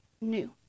new